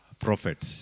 prophets